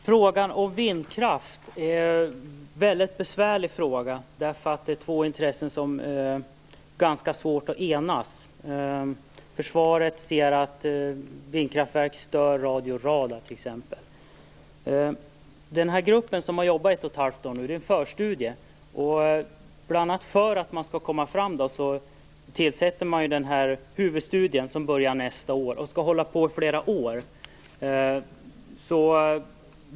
Fru talman! Frågan om vindkraft är väldigt besvärlig. Det här är två intressen som är ganska svåra att förena. Försvaret ser att vindkraftverk t.ex. stör radio och radar. Den grupp som nu har jobbat i ett och ett halvt år har gjort en förstudie. För att komma framåt tillsätter man bl.a. den här huvudstudien som påbörjas nästa år och som skall hålla på i flera år.